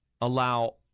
allow